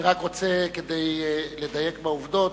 כדי לדייק בעובדות,